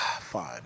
Fine